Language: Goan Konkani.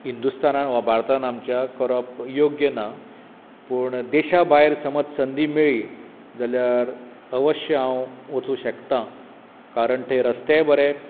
हिंदुस्थानांत वो भारतांत करप आमच्या योग्य ना पूण देशा भायर समज संदी मेळ्ळी जाल्यार अवश्य हांव वचूं शकतां कारण ते रस्ते बरे